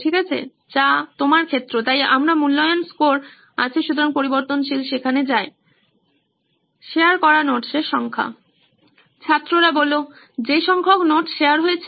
ঠিক আছে যা আপনার ক্ষেত্রে তাই আমরা মূল্যায়ন স্কোর আছে সুতরাং পরিবর্তনশীল সেখানে যায় শেয়ার করা নোটের সংখ্যা ছাত্ররা যে সংখ্যক নোটস শেয়ার হয়েছে